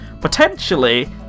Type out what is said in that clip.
potentially